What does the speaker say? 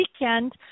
weekend